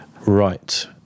Right